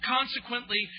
Consequently